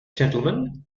gentlemen